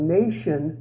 nation